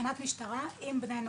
תחנת המשטרה עם בני הנוער,